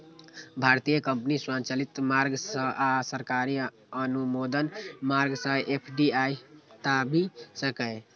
भारतीय कंपनी स्वचालित मार्ग सं आ सरकारी अनुमोदन मार्ग सं एफ.डी.आई पाबि सकैए